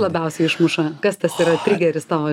labiausiai išmuša kas tas yra trigeris tavo